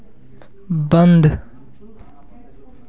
बंद